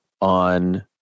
on